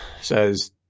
says